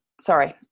sorry